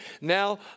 Now